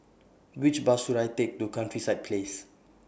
Which Bus should I Take to Countryside Place